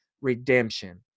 Redemption